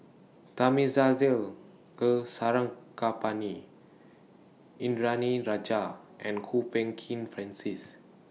Thamizhavel Go Sarangapani Indranee Rajah and Kwok Peng Kin Francis